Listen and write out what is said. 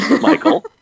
Michael